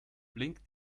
blinkt